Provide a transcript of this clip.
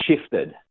shifted